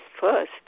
first